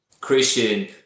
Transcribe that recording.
Christian